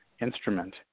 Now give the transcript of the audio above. instrument